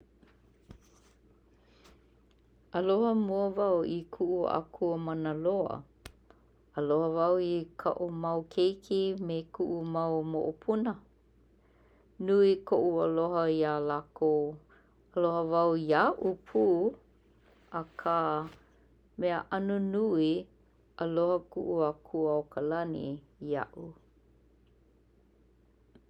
Aloha mua wau i kuʻu Akua manaloa, aloha wau i kaʻu mau keiki me kuʻu mau moʻopuna, nui koʻu aloha iā lākou, aloha wau iaʻu pū akā mea ano nui aloha kuʻu Akua o kalani iaʻu.